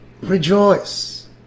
rejoice